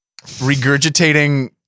regurgitating